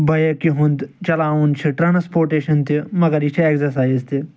بایکہِ ہُنٛد چلاوُن چھِ ٹرانسپوٹیشَن تہِ مگر یہِ چھِ اٮ۪گزَرسایِز تہِ